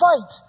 fight